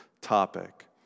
topic